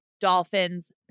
Dolphins